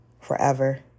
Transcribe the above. forever